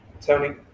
Tony